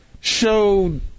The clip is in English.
showed